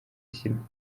ashyirwa